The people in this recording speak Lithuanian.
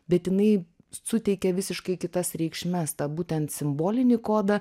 bet jinai suteikia visiškai kitas reikšmes tą būtent simbolinį kodą